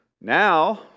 Now